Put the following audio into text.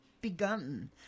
begun